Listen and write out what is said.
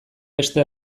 beste